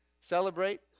celebrate